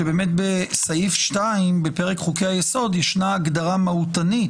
שבאמת בסעיף 2 בפרק חוקי היסוד יש הגדרה מהותנית.